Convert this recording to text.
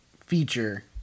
feature